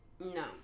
No